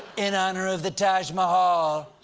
in honor of the taj mahal,